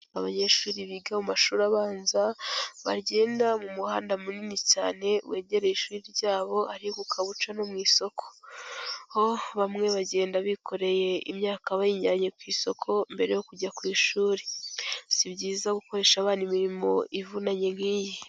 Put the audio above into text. Abanyeshuri biga mu mashuri abanza, bagenda mu muhanda munini cyane wegereye ishuri ryabo ariko ukaba uca no mu isoko. Aho bamwe bagenda bikoreye imyaka bayijyanye ku isoko mbere yo kujya ku ishuri. Si byiza gukoresha abana imirimo ivunanye nk'iyi.